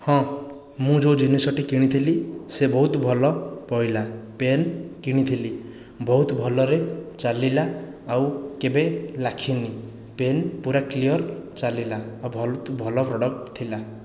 ହଁ ମୁଁ ଯେଉଁ ଜିନିଷଟି କିଣିଥିଲି ସେ ବହୁତ ଭଲ ପଡ଼ିଲା ପେନ୍ କିଣିଥିଲି ବହୁତ ଭଲରେ ଚାଲିଲା ଆଉ କେବେ ଲାଖିନି ପେନ୍ ପୁରା କ୍ଲିୟର ଚାଲିଲା ଆଉ ଭଲ ପ୍ରଡ଼କ୍ଟ ଥିଲା